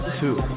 two